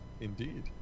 Indeed